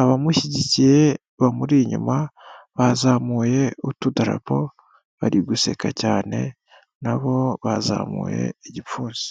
abamushyigikiye bamuri inyuma bazamuye utudarapo bari guseka cyane, na bo bazamuye igipfunsi.